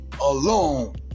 alone